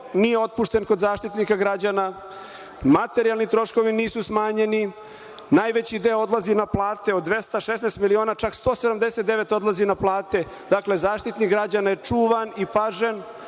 nije otpušten kod Zaštitnika građana, materijalni troškovi nisu smanjeni, najveći deo odlazi na plate. Od 216 miliona, čak 179 odlazina plate. Dakle, Zaštitnik građana je čuvan i pažen,